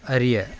அறிய